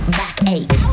backache